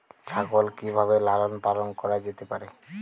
ছাগল কি ভাবে লালন পালন করা যেতে পারে?